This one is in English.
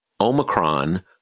Omicron